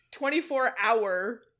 24-hour